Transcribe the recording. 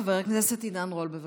חבר הכנסת עידן רול, בבקשה.